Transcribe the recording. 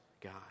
God